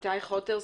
איתי חוטר,